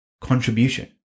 contribution